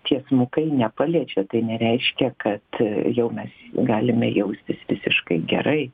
tiesmukai nepaliečia tai nereiškia kad jau mes galime jaustis visiškai gerai